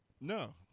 No